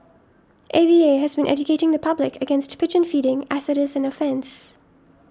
A V A has been educating the public against pigeon feeding as it is an offence